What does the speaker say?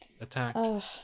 attacked